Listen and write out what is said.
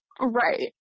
Right